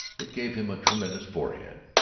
it gave him a tremendous forehead,